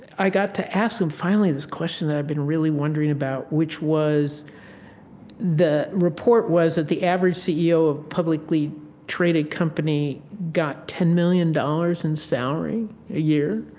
i got to ask them finally this question that i've been really wondering about which was the report was that the average c e o. of a publicly traded company got ten million dollars in salary a year,